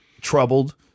troubled